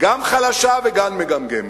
גם חלשה וגם מגמגמת.